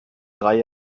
drei